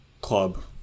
club